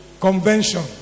convention